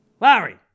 Lowry